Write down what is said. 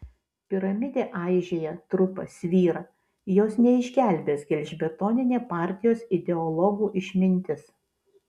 piramidė aižėja trupa svyra jos neišgelbės gelžbetoninė partijos ideologų išmintis